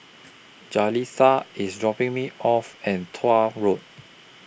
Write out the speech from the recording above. Jaleesa IS dropping Me off At Tuah Road